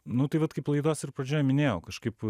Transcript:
nu tai vat kaip laidos ir padžioj minėjau kažkaip